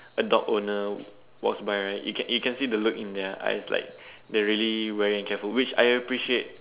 a dog owner walks by right you can you can see the look in their eyes like they're really weary and careful which I appreciate